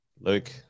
Luke